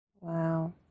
Wow